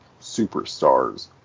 superstars